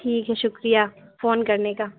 ٹھیک ہے شُکریہ فون کرنے کا